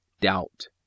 doubt